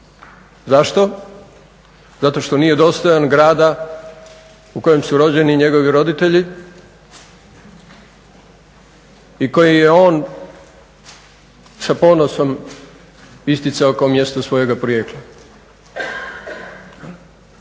Zašto? Zato što nije dostojan grada u kojem su rođeni njegovi roditelji i koji je on sa ponosom isticao kao mjesto svojega porijekla.